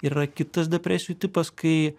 ir yra kitas depresijų tipas kai